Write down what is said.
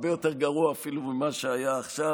הרבה יותר גרוע אפילו ממה שהיה עכשיו,